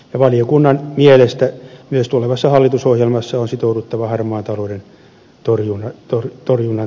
valiokunnan mielestä myös tulevassa hallitusohjelmassa on sitouduttava harmaan talouden torjunnan tehostamiseen